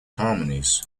harmonies